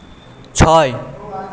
ছয়